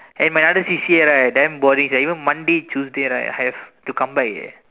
and my other C_C_A right damn boring sia even Monday Tuesday right I have to come back eh